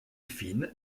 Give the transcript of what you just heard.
fine